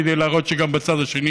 כדי להראות שגם בצד השני